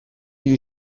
you